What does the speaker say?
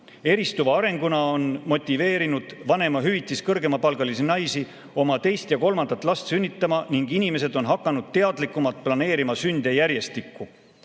Eristuva arenguna on motiveerinud vanemahüvitis kõrgemapalgalisi naisi oma teist ja kolmandat last sünnitama ning inimesed on hakanud teadlikumalt planeerima sünde järjestikku.